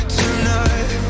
tonight